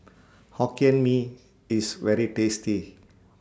Hokkien Mee IS very tasty